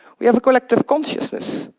we have a collective consciousness,